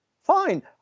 Fine